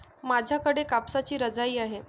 माझ्याकडे कापसाची रजाई आहे